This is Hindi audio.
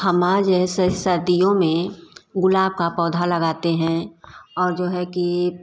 हमारे जैसे सर्दियों में गुलाब का पौधा लगाते हैं और जो है कि